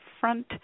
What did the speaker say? front